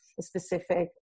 specific